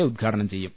A ഉദ്ഘാടനം ചെയ്യും